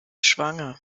schwanger